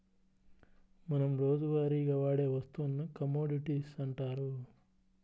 మనం రోజువారీగా వాడే వస్తువులను కమోడిటీస్ అంటారు